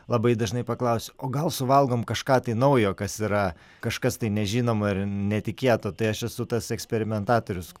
labai dažnai paklausiu o gal suvalgom kažką tai naujo kas yra kažkas tai nežinomo ir netikėto tai aš esu tas eksperimentatorius